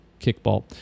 kickball